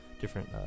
different